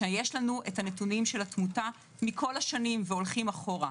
כשיש לנו את הנתונים של התמותה מכל השנים והולכים אחורה,